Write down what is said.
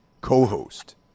co-host